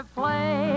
play